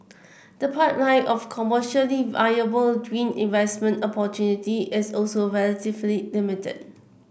the pipeline of commercially viable green investment opportunity is also relatively limited